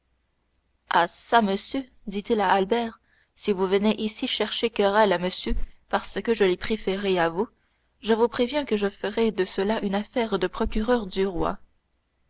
ah çà monsieur dit-il à albert si vous venez ici chercher querelle à monsieur parce que je l'ai préféré à vous je vous préviens que je ferai de cela une affaire de procureur du roi